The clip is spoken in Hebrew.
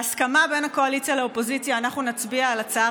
בהסכמה בין הקואליציה לאופוזיציה אנחנו נצביע על הצעה